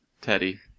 Teddy